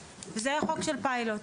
וזה היה חוק של פיילוט.